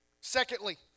Secondly